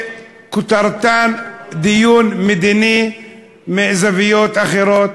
שכותרתן דיון מדיני מזוויות אחרות,